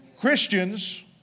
Christians